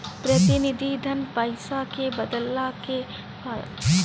प्रतिनिधि धन पईसा के बदलला के माध्यम होला